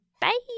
Bye